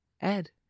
ed